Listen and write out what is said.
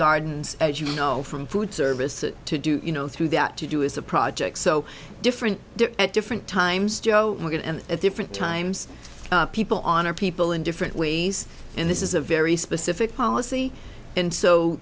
gardens as you know from food service to do you know through that to do is a project so different at different times joe morgan and at different times people on our people in different ways and this is a very specific policy and so